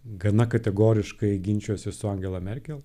gana kategoriškai ginčijosi su angela merkel